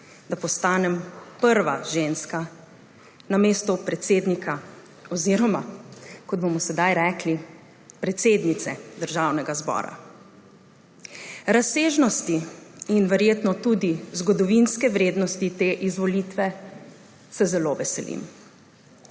da postanem prva ženska na mestu predsednika oziroma, kot bomo sedaj rekli, predsednice Državnega zbora. Razsežnosti in verjetno tudi zgodovinske vrednosti te izvolitve se zelo veselim.